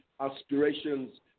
aspirations